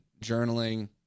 journaling